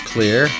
Clear